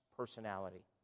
personality